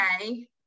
Okay